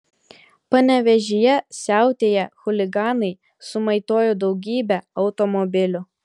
panevėžyje siautėję chuliganai sumaitojo daugybę automobilių